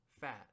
fat